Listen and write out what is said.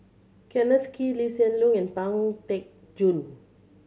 Kenneth Kee Lee Hsien Loong and Pang Teck Joon